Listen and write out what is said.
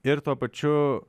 ir tuo pačiu